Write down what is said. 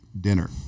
dinner